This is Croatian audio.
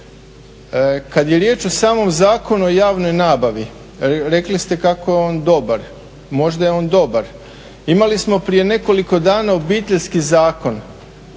Kad je riječ o samom Zakonu o javnoj nabavi, rekli ste kako je on dobar. Možda je on dobar. Imali smo prije nekoliko dana Obiteljski zakon,